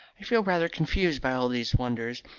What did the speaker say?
i feel rather confused by all these wonders,